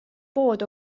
pood